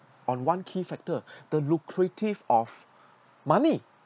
on one key factor the lucrative of money